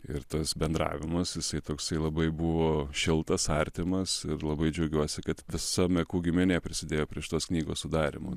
ir tas bendravimas jisai toksai labai buvo šiltas artimas ir labai džiaugiuosi kad visa mekų giminė prisidėjo prie šitos knygos sudarymo